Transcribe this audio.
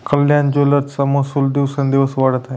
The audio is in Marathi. कल्याण ज्वेलर्सचा महसूल दिवसोंदिवस वाढत आहे